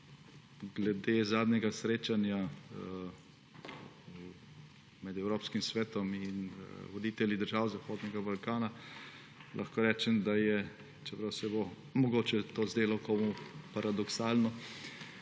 Glede zadnjega srečanja med Evropskim svetom in voditelji držav Zahodnega Balkana lahko rečem, da je, čeprav se bo mogoče to zdelo komu paradoksalno,